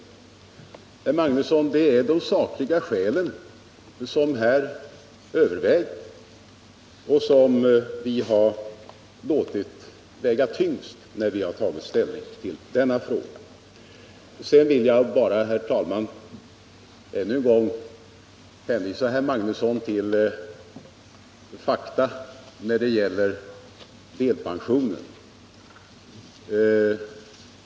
Det är, herr Magnusson, de sakliga skälen som vi har låtit väga tyngst när vi har tagit ställning i denna fråga. Sedan vill jag, herr talman, ännu en gång för herr Magnusson peka på de fakta som gäller för delpensionen.